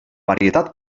varietat